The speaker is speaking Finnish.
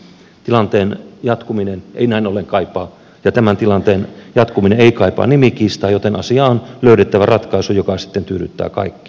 tilanteen jatkuminen ei näin ollen ja tämän tilanteen jatkuminen ei kaipaa nimikiistaa joten asiaan on löydettävä ratkaisu joka sitten tyydyttää kaikkia